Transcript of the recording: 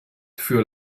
für